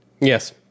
Yes